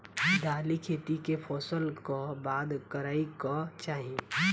दालि खेती केँ फसल कऽ बाद करै कऽ चाहि?